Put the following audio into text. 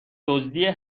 دزدی